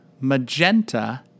magenta